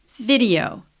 video